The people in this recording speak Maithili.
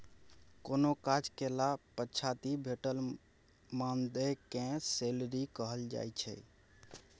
कोनो काज कएला पछाति भेटल मानदेय केँ सैलरी कहल जाइ छै